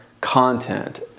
content